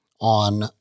on